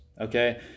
okay